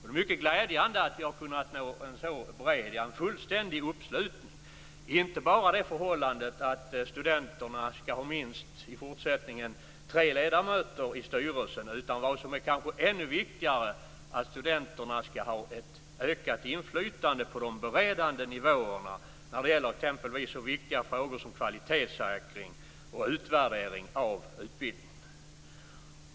Det är mycket glädjande att vi har kunnat nå en sådan fullständig uppslutning. Det är inte bara det förhållandet att studenterna i fortsättningen skall ha minst tre ledamöter i styrelsen. Vad som är kanske ännu viktigare är att studenterna skall ha ett ökat inflytande på de beredande nivåerna när det gäller exempelvis så viktiga frågor som kvalitetssäkring och utvärdering av utbildningen.